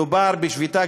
מדובר בשביתה,